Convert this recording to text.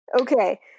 Okay